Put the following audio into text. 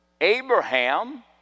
Abraham